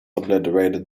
obliterated